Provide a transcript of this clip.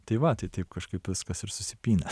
tai va tai taip kažkaip viskas ir susipynė